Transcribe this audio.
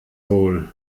wohl